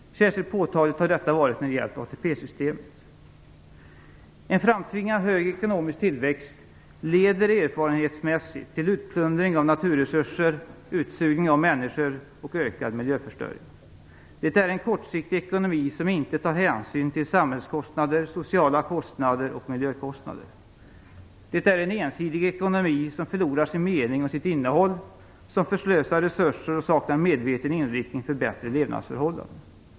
Särskilt påtagligt har detta varit när det har gällt ATP systemet. Erfarenheten visar att en framtvingad hög ekonomisk tillväxt leder till utplundring av naturresurser, utsugning av människor och en ökad miljöförstöring. Det är en kortsiktig ekonomi som inte tar hänsyn till samhällskostnader, sociala kostnader och miljökostnader. Det är en ensidig ekonomi som förlorar sin mening och sitt innehåll, som förslösar resurser och som saknar en medveten inriktning för bättre levnadsförhållanden.